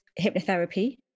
hypnotherapy